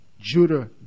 Judah